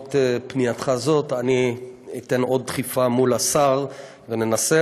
בעקבות פנייתך זאת אני אתן עוד דחיפה מול השר וננסה.